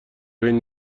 بین